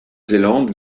zélande